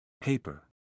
Paper